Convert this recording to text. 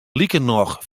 likernôch